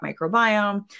microbiome